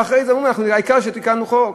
ואחרי זה אומרים: העיקר שתיקנו חוק.